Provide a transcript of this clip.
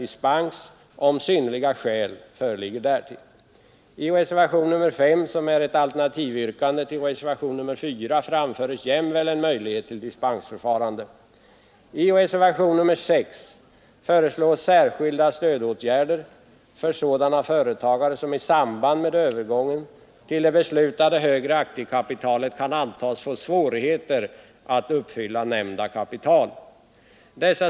I reservationen 5, som är ett alternativyrkande till reservationen 4, framföres jämväl en möjlighet till dispensförfarande. I reservationen 6 föreslås särskilda stödåtgärder för sådana företagare som i samband med övergången till det beslutade högre aktiekapitalet kan antas få svårigheter att uppfylla kravet att kapitalet skall uppgå till detta högre belopp.